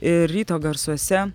ir ryto garsuose